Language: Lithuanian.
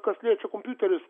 kas liečia kompiuterius